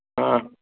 हा